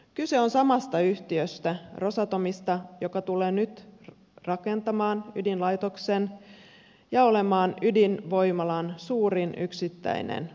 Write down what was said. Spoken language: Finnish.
kyse on samasta yhtiöstä rosatomista joka tulee nyt rakentamaan ydinlaitoksen ja olemaan ydinvoimalan suurin yksittäinen osakas